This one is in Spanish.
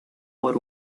por